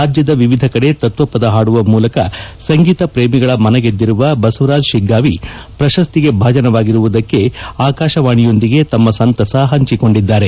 ರಾಜ್ಯದ ವಿವಿಧ ಕಡೆ ತತ್ವಪದ ಹಾಡುವ ಮೂಲಕ ಸಂಗೀತಪ್ರೇಮಿಗಳ ಮನಗೆದ್ದಿರುವ ಬಸವರಾಜ ಶಿಗ್ಗಾವಿ ಪ್ರಶಸ್ತಿಗೆ ಭಾಜನವಾಗಿರುವುದಕ್ಕೆ ಆಕಾಶವಾಣಿಯೊಂದಿಗೆ ತಮ್ಮ ಸಂತಸ ಹಂಚಿಕೊಂಡಿದ್ದಾರೆ